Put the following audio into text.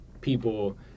people